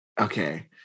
Okay